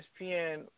ESPN